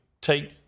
take